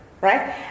right